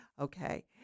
okay